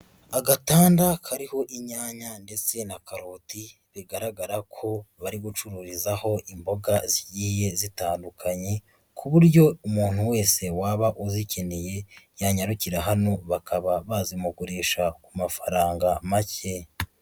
Agatanda kariho inyanya ndetse na karoti bigaragara ko bari gucururizaho imboga zigiye zitandukanye, ku buryo umuntu wese waba uzikeneye yanyarukira hano bakaba bazimugurisha ku mafaranga make.